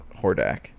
Hordak